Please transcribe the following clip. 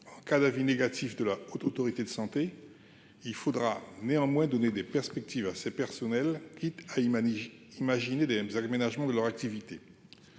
cas d'avis négatifs de la côte, autorité de santé, il faudra néanmoins donner des perspectives à ces personnels, quitte à imaginer imaginer des mêmes aménagement de leur activité,